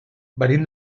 venim